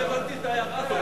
לא הבנתי את ההערה הזאת.